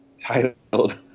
titled